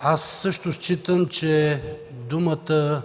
Аз също считам, че думата